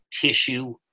tissue